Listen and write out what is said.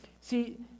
See